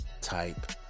type